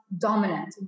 dominant